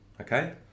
okay